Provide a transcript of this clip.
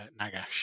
nagash